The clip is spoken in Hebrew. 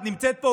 את נמצאת פה,